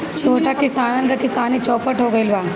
छोट किसानन क किसानी चौपट हो गइल बा